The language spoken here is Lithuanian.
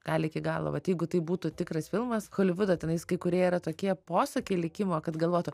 gal iki galo vat jeigu tai būtų tikras filmas holivudo tenais kai kurie yra tokie posakiai likimo kad galvotų